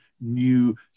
new